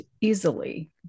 easily